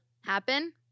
Happen